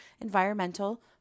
environmental